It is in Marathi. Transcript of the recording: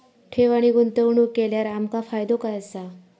ठेव आणि गुंतवणूक केल्यार आमका फायदो काय आसा?